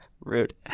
rude